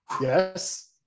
Yes